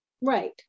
right